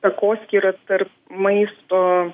takoskyrą tarp maisto